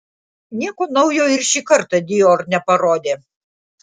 nieko naujo ir šį kartą dior neparodė